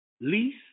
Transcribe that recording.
lease